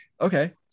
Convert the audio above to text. Okay